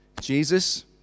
Jesus